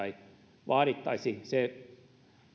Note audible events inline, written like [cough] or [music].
[unintelligible] ei vaadittaisi